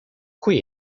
qui